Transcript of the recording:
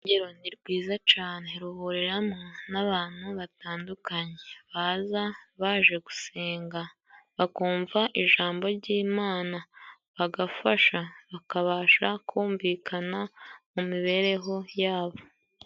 Urusengero ni rwiza cane ruhuriramo n'abantu batandukanye baza baje gusenga, bakumva ijambo ry'Imana bagafasha bakabasha kumvikana mu mibereho yabo.